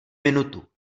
minutu